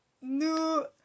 Nous